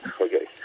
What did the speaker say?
Okay